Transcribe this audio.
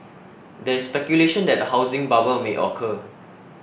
there is speculation that a housing bubble may occur